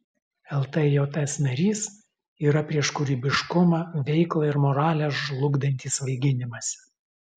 ltjs narys yra prieš kūrybiškumą veiklą ir moralę žlugdantį svaiginimąsi